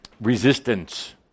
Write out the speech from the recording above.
resistance